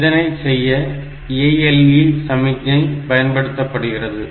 இதனைச் செய்ய ALE சமிக்ஞை பயன்படுத்தப்படுகிறது